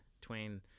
Twain